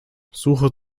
suche